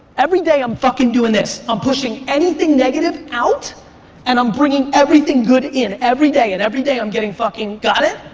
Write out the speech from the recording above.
every day i'm fucking doing this. i'm pushing anything negative out and i'm bringing everything good in, every day and every day i'm getting fucking, got it?